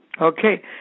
Okay